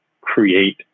create